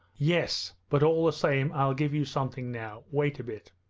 yes, but all the same i'll give you something now. wait a bit